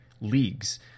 leagues